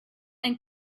and